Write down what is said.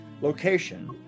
location